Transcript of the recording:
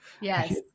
Yes